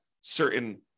certain